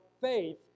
faith